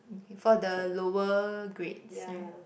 okay for the lower grades right